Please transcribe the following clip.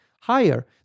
higher